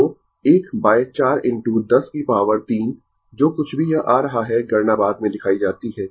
तो 1 by 4 into 10 की power 3 जो कुछ भी यह आ रहा है गणना बाद में दिखाई जाती है